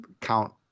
Count